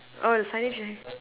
oh the signage